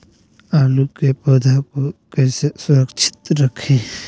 आलू के पौधा को कैसे सुरक्षित रखें?